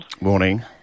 morning